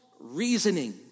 reasoning